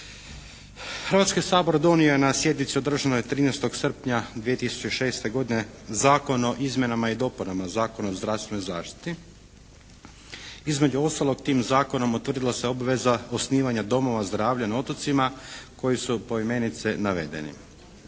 Hrvatski sabor donio je na sjednici održanoj 13. srpnja 2006. godine Zakon o izmjenama i dopunama Zakona o zdravstvenoj zaštiti. Između ostalog, tim zakonom utvrdila se obveza osnivanja domova zdravlja na otocima koji su poimenice navedeni.